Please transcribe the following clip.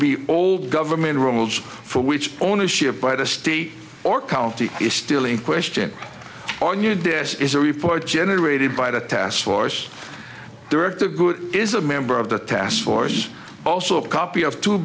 be all government rules for which ownership by the state or county is still in question on you this is a report generated by the task force director good is a member of the task force also a copy of to